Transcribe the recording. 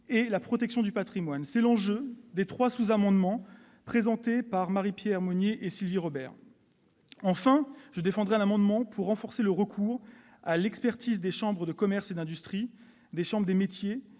et la protection du patrimoine. C'est l'enjeu des trois sous-amendements que défendront Marie-Pierre Monier et Sylvie Robert. Enfin, je présenterai un amendement pour renforcer le recours à l'expertise des chambres de commerce et d'industrie, des chambres de métiers